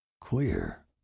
Queer